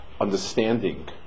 understanding